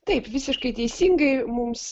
taip visiškai teisingai mums